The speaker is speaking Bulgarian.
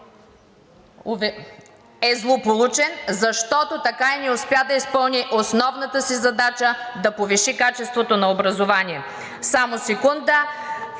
е злополучен, защото така и не успя да изпълни основната си задача – да повиши качеството на образованието.